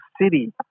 city